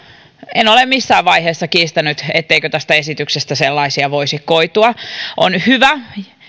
en ole missään vaiheessa kiistänyt etteikö tästä esityksestä sellaisia voisi koitua on hyvä